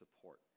support